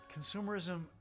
consumerism